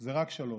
זה רק שלוש,